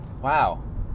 wow